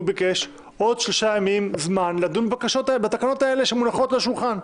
הוא ביקש עוד 3 ימים זמן לדון בתקנות האלה שמונחות לו על השולחן.